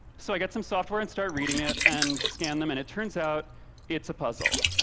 so i get some software and start reading it, and scan them, and it turns out it's a puzzle.